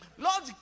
Lord